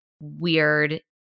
weird